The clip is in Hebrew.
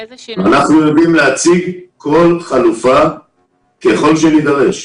אנחנו יודעים להציג כל חלופה ככל שנידרש.